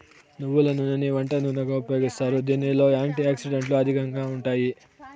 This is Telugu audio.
నువ్వుల నూనెని వంట నూనెగా ఉపయోగిస్తారు, దీనిలో యాంటీ ఆక్సిడెంట్లు అధికంగా ఉంటాయి